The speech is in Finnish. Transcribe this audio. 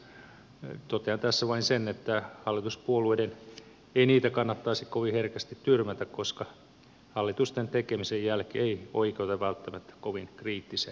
totean tässä vain sen että hallituspuolueiden ei niitä kannattaisi kovin herkästi tyrmätä koska hallitusten tekemisen jälki ei oikeuta välttämättä kovin kriittiseen arviointiin